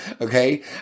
okay